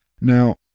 Now